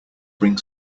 bring